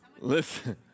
Listen